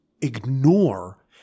ignore